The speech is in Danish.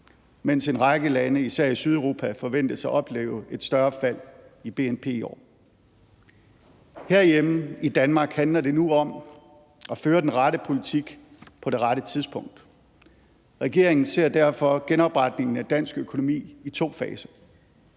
mens en række lande især i Sydeuropa forventes at opleve et større fald i bnp i år. Herhjemme i Danmark handler det nu om at føre den rette politik på det rette tidspunkt. Regeringen ser derfor genopretningen af dansk økonomi i to faser.